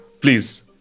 please